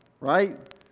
right